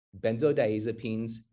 benzodiazepines